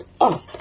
up